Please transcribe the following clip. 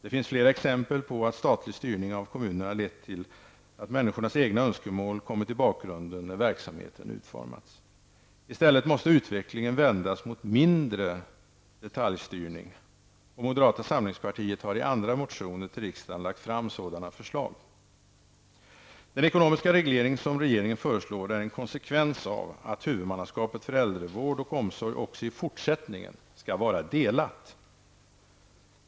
Det finns flera exempel på att statlig styrning av kommunerna lett till att människornas egna önskemål kommit i bakgrunden när verksamheten utformas. I stället måste utvecklingen vändas mot mindre detaljstyrning. Moderata samlingspartiet har i andra motioner till riksdagen lagt fram sådana förslag. Den ekonomiska reglering som regeringen föreslår är en konsekvens av att huvudmannaskapet för äldrevård och omsorg också i fortsättningen skall vara delat.